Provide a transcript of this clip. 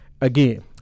Again